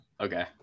Okay